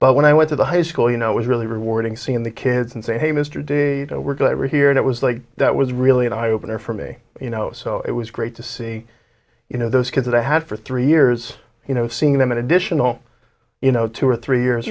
but when i was at the high school you know it was really rewarding seeing the kids and say hey mr day we're glad we're here and it was like that was really an eye opener for me you know so it was great to see you know those kids that i had for three years you know seeing them an additional you know two or three years